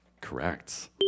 Correct